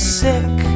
sick